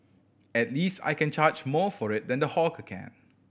at least I can charge more for it than the hawker can